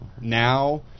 now